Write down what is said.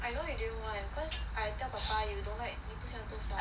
I know you didn't want cause I tell papa you don't like this kind of foods [one]